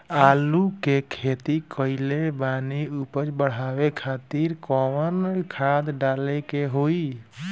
आलू के खेती कइले बानी उपज बढ़ावे खातिर कवन खाद डाले के होई?